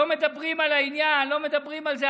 לא מדברים על העניין, לא מדברים על זה.